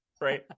Right